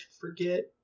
forget